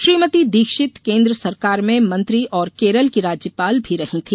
श्रीमती दीक्षित केन्द्र सरकार में मंत्री और केरल की राज्यपाल भी रही थी